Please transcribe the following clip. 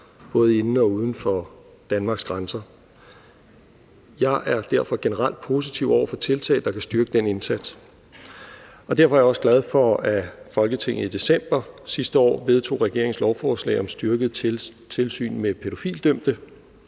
både inden for og uden for Danmarks grænser. Jeg er derfor generelt positiv over for tiltag, der kan styrke den indsats, og derfor er jeg også glad for, at Folketinget i december sidste år vedtog regeringens lovforslag om et styrket tilsyn med pædofilidømte.